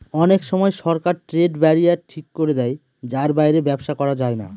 অনেক সময় সরকার ট্রেড ব্যারিয়ার ঠিক করে দেয় যার বাইরে ব্যবসা করা যায় না